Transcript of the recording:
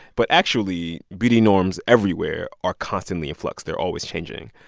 but actually, beauty norms everywhere are constantly in flux. they're always changing.